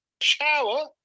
shower